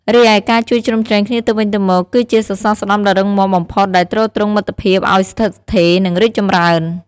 រីឯ ការជួយជ្រោមជ្រែងគ្នាទៅវិញទៅមក គឺជាសសរស្តម្ភដ៏រឹងមាំបំផុតដែលទ្រទ្រង់មិត្តភាពឲ្យស្ថិតស្ថេរ និងរីកចម្រើន។